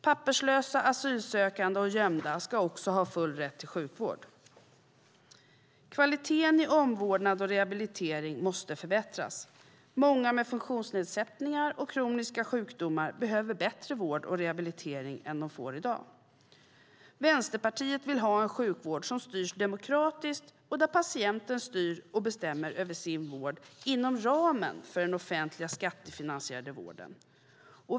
Papperslösa, asylsökande och gömda ska också ha full rätt till sjukvård. Kvaliteten i omvårdnad och rehabilitering måste förbättras. Många med funktionsnedsättningar och kroniska sjukdomar behöver bättre vård och rehabilitering än de får i dag. Vänsterpartiet vill ha en sjukvård som styrs demokratiskt och där patienten styr och bestämmer över sin vård inom ramen för den offentliga skattefinansierade vården.